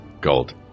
Gold